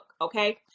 okay